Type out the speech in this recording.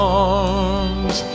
arms